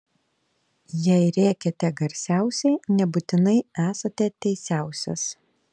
jei rėkiate garsiausiai nebūtinai esate teisiausias